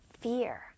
fear